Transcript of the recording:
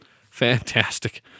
Fantastic